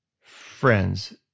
friends